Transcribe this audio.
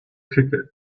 ticket